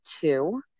two